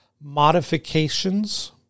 modifications